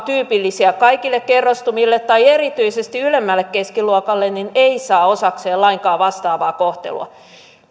tyypillisiä kaikille kerrostumille tai erityisesti ylemmälle keskiluokalle eivät saa osakseen lainkaan vastaavaa kohtelua